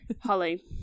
Holly